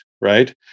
right